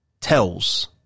tells